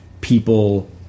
people